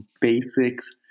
basics